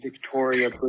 Victoria